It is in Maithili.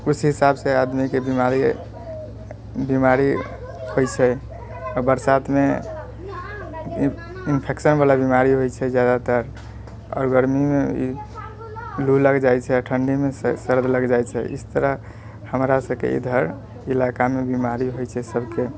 उस हिसाबसे आदमीके बीमारी बीमारी होइ छै आओर बरसातमे इन्फेक्शनवला बीमारी होइ छै जादातर आओर गर्मीमे ई लू लग जाइ छै आओर ठण्डीमे सरद लागि जाइ छै इस तरह हमरा सबके इधर इलाकामे बीमारी होइ छै सबके